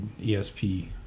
ESP